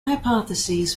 hypotheses